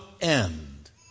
end